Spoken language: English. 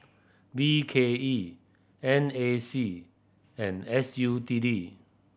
B K E N A C and S U T D